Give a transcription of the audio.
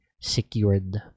secured